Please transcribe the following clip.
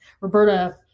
Roberta